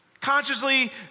Consciously